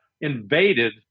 invaded